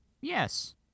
yes